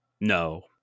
No